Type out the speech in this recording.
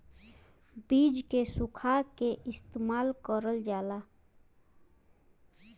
बीज के सुखा के इस्तेमाल करल जाला